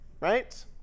right